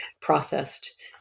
processed